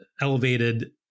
elevated